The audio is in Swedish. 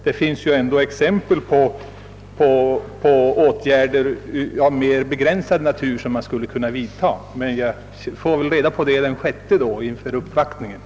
Det finns ändå exempel på åtgärder av mer begränsad natur som skulle kunna vidtas. Emellertid får jag väl besked i saken den 6 november i samband med uppvaktiningen.